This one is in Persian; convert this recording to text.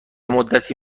مدتی